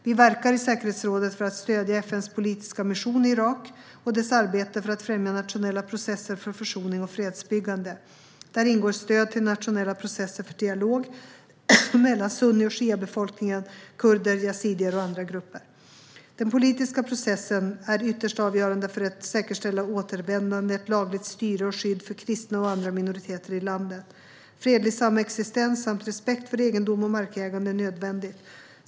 Vi verkar i säkerhetsrådet för att stödja FN:s politiska mission i Irak och dess arbete för att främja nationella processer för försoning och fredsbyggande. Där ingår stöd till nationella processer för dialog mellan sunni och shiabefolkningen, kurder, yazidier och andra grupper. Den politiska processen är ytterst avgörande för att säkerställa återvändande, ett lagligt styre och skydd för kristna och andra minoriteter i landet. Fredlig samexistens samt respekt för egendom och markägande är nödvändigt.